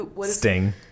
sting